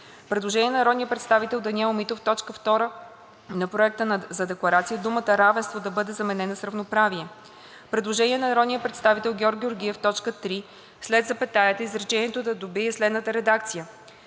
Предложение на народния представител Даниел Митов – в т. 2 на Проекта за декларация думата „равенство“ да бъде заменена с „равноправие“; Предложение на народния представител Георг Георгиев – в т. 3 след запетаята изречението добива следната редакция: